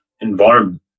environment